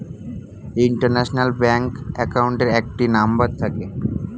international bank অ্যাকাউন্টের একটি number থাকে